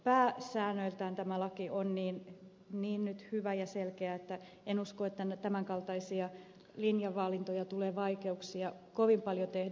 pääsäännöiltään tämä laki on nyt niin hyvä ja selkeä että en usko että tämän kaltaisia linjavalintoja tulee vaikeuksia kovin paljon tehdä